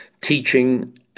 teaching